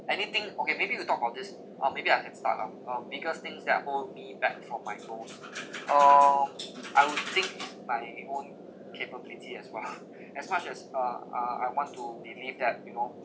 anything okay maybe we talk about this or maybe I can start now uh biggest things that hold me back from my goals uh I would think is my own capability as well as much as uh uh I want to believe that you know